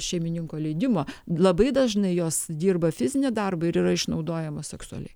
šeimininko leidimo labai dažnai jos dirba fizinį darbą ir yra išnaudojamos seksualiai